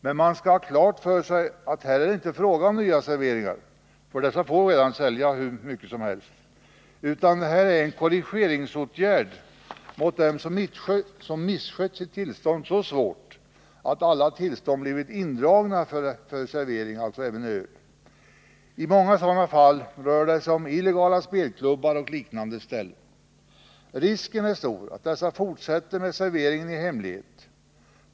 Men man skall ha klart för sig att här är det inte fråga om nya serveringar — dessa drycker får man redan sälja hur mycket som helst —, utan det är en korrigeringsåtgärd som riktar sig mot dem som misskött sitt tillstånd så svårt att tillstånden blivit indragna för all alkoholservering, även öl. I många sådana fall rör det sig om illegala spelklubbar och liknande ställen. Risken är stor att dessa fortsätter med serveringen i hemlighet.